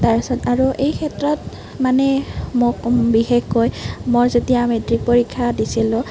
তাৰপিছত আৰু এই ক্ষেত্ৰত মানে মোক বিশেষকৈ মই যেতিয়া মেট্ৰিক পৰীক্ষা দিছিলোঁ